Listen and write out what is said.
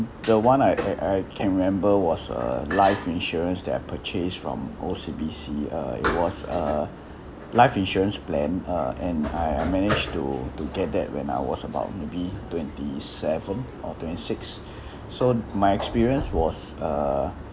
the one I I I can remember was a life insurance that I purchase from O_C_B_C uh it was a life insurance plan uh and I I managed to to get that when I was about maybe twenty seven or twenty six so my experience was uh